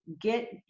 get